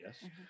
yes